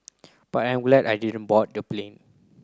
but I'm glad I didn't board the plane